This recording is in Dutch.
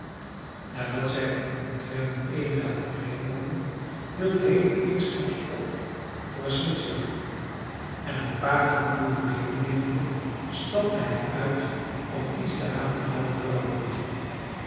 nadat zij omtrent eene mijl gereden hadden hield haley eensklaps op voor een smidswinkel en een paar handboeien medenemende stapte hij uit om iets daaraan te laten veranderen